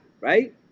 right